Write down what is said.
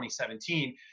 2017